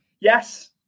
Yes